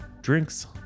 drinks